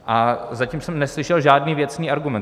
A zatím jsem neslyšel žádný věcný argument.